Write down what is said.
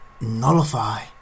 nullify